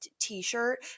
t-shirt